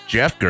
Jeff